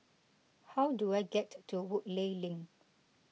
how do I get to Woodleigh Link